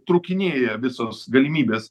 trūkinėja visos galimybės